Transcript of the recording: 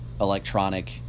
electronic